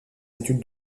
études